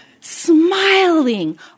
Smiling